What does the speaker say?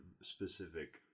specific